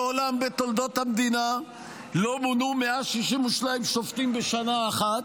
מעולם בתולדות המדינה לא מונו 162 שופטים בשנה אחת,